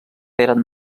feren